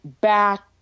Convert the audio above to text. back